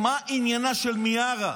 מה עניינה של מיארה?